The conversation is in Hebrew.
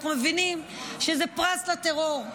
אנחנו מבינים שזה פרס לטרור,